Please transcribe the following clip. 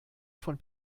von